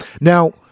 Now